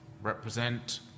represent